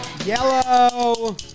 Yellow